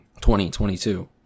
2022